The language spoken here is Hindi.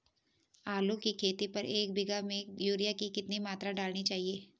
आलू की खेती पर एक बीघा में यूरिया की कितनी मात्रा डालनी चाहिए?